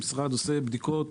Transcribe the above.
המשרד עושה בדיקות